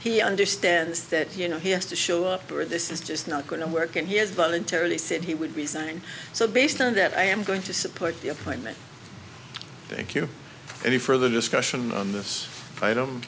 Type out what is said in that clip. he understands that you know he has to show up for this is just not going to work and he has voluntarily said he would resign so based on that i am going to support the appointment thank you for any further discussion on this i don't